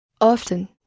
Often